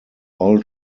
all